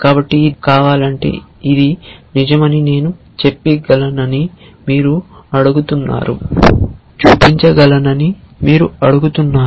కాబట్టి ఇది నిజం కావాలంటే ఇది నిజమని నేను చూపించగలనని మీరు అడుగుతున్నారు